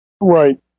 Right